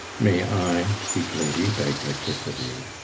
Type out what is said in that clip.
may i, sweet lady, beg a kiss of you?